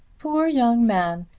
poor young man!